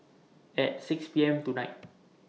At six P M tonight